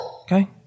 Okay